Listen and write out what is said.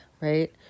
right